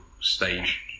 stage